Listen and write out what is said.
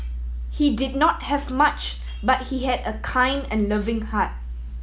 he did not have much but he had a kind and loving heart